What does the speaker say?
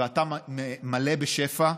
ואתה מלא בשפע.